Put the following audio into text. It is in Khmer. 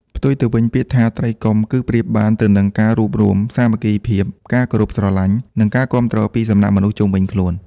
ផ្ទុយទៅវិញពាក្យថា ត្រីកុំ គឺប្រៀបបានទៅនឹង ការរួបរួម សាមគ្គីភាព ការគោរពស្រឡាញ់ និងការគាំទ្រពីសំណាក់មនុស្សជុំវិញខ្លួន។